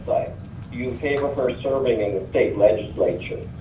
like you okay with her serving in the state legislature?